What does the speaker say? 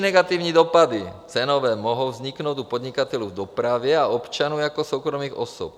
Menší negativní dopady cenové mohou vzniknout u podnikatelů v dopravě a občanů jako soukromých osob.